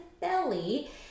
belly